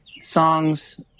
songs